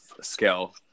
scale